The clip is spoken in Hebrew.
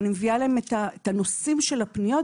ואני מביאה להם את הנושאים של הפניות,